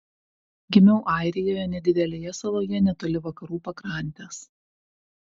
gimiau airijoje nedidelėje saloje netoli vakarų pakrantės